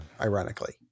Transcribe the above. Ironically